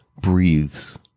breathes